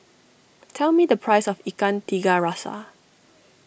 tell me the price of Ikan Tiga Rasa